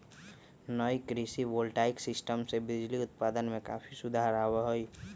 नई कृषि voltaic system से बिजली उत्पादन में काफी सुधार आवा हई